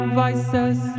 vices